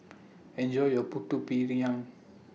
Enjoy your Putu Piring